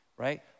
Right